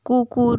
কুকুর